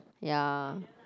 ya